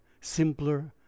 simpler